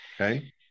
Okay